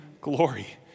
glory